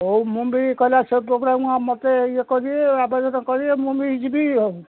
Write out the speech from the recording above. ହଉ ମୁଁ ବି କହିଲା ସେ ପ୍ରୋଗ୍ରାମକୁ ମୋତେ ଇଏ କରିବେ ଆବେଦନ କରିବେ ମୁଁ ବି ଯିବି ହେବ